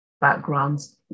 backgrounds